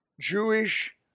Jewish